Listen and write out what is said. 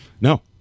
No